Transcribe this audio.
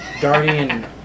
Guardian